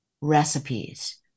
recipes